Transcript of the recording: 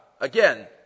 Again